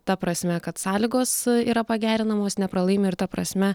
ta prasme kad sąlygos yra pagerinamos nepralaimi ir ta prasme